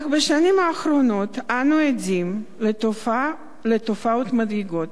אך בשנים האחרונות אנו עדים לתופעות מדאיגות: